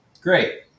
Great